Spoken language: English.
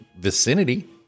vicinity